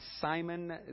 Simon